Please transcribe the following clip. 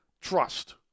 Trust